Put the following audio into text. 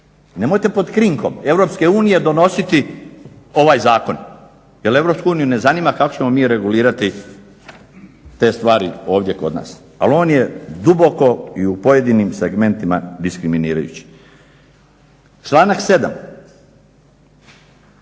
Nemojte pod krinkom EU donositi ovaj zakon jer EU ne zanima kako ćemo mi regulirati te stvari ovdje kod nas. Ali on je duboko i u pojedinim segmentima diskriminirajući. Članak 7.